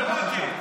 אמסלם.